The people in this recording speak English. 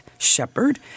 Shepherd